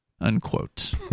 unquote